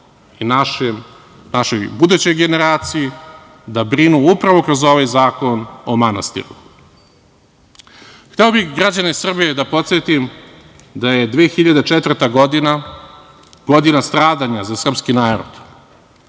i našoj budućoj generaciji, da brinu upravo kroz ovaj zakon o manastiru. Hteo bih građane Srbije da podsetim da je 2004. godina, godina stradanja za srpski narod,